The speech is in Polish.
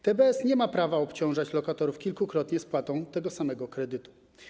TBS nie ma prawa obciążać lokatorów kilkukrotnie spłatą tego samego kredytu.